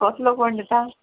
कसलो कोण दिता